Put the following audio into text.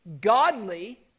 godly